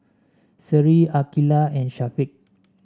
Seri Aqilah and Syafiq